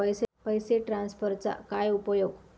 पैसे ट्रान्सफरचा काय उपयोग?